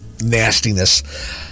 nastiness